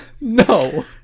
no